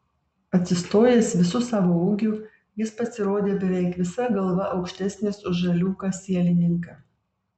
atsistojęs visu savo ūgiu jis pasirodė beveik visa galva aukštesnis už žaliūką sielininką